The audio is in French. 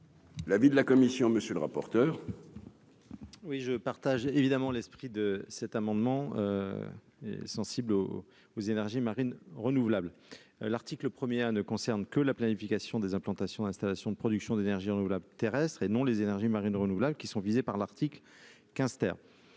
L'avis de la commission, monsieur le rapporteur. Oui, je partage évidemment l'esprit de cet amendement, sensible aux aux énergies marines renouvelables, l'article ne concerne que la planification des implantations installations de production d'énergie renouvelable terrestre et non les énergies marines renouvelables qui sont visés par l'article 15